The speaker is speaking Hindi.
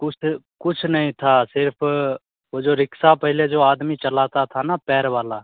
कुछ तो कुछ नहीं था सिर्फ वो जो रिक्शा पहले जो आदमी चलाता था ना पैर वाला